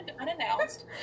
unannounced